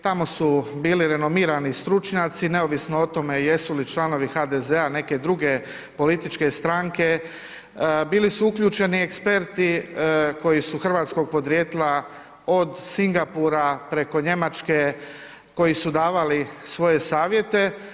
Tamo su bili renomirani stručnjaci, neovisno o tome jesu li članovi HDZ-a, neke druge političke stranke, bili su uključeni eksperti koji su hrvatskog podrijetla od Singapura preko Njemačke, koji su davali svoje savjete.